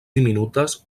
diminutes